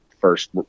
first